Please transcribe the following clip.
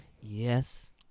Yes